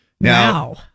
Now